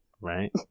right